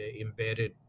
embedded